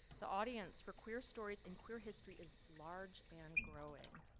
the audience for queer stories in queer history is large and growing.